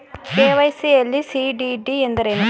KYC ಯಲ್ಲಿ CDD ಎಂದರೇನು?